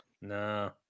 No